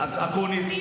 אקוניס.